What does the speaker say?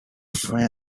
friend